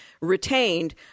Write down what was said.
retained